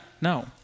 No